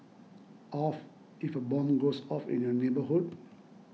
of if a bomb goes off in your neighbourhood